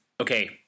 Okay